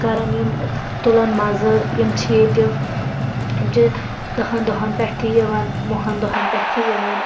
کَران یِم تُلان مَزٕ یِم چھِ ییٚتہِ یِم چھِ دہن دۄہَن پٮ۪ٹھ تہِ یِوان وُہن دوہَن پٮ۪ٹھ تہِ یِوان